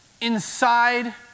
inside